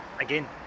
again